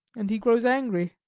and he grows angry.